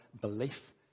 belief